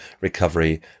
recovery